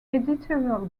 editorial